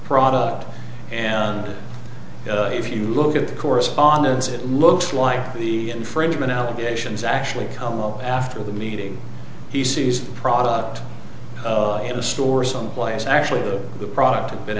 product and if you look at the correspondence it looks like the infringement allegations actually come up after the meeting he sees a product in a store someplace actually the product of been